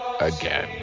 again